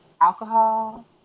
alcohol